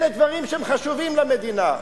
אלה דברים שהם חשובים למדינה.